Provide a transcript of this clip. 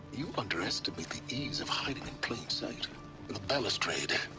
you underestimate the ease of hiding in plain sight the balustrade.